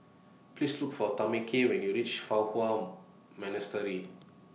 Please Look For Tameka when YOU REACH Fa Hua Monastery